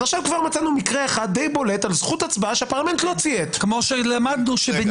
ראינו ששופטים בעליון, כמו שנאמר פה.